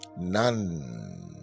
None